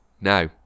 Now